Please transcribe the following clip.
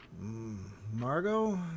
Margot